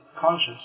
conscious